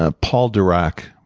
ah paul dirac,